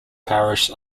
parish